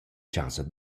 chasa